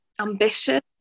ambitious